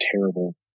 terrible